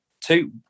Two